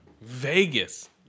Vegas